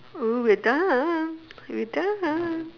oh we are done we are done